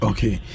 Okay